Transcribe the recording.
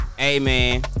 Amen